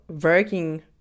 working